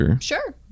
Sure